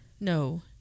No